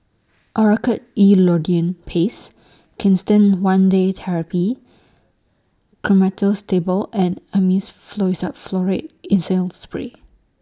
Oracort E Lidocaine Paste Canesten one Day Therapy Tablet and Avamys Furoate Intranasal Spray